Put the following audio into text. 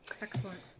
Excellent